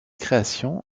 création